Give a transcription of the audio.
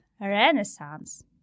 Renaissance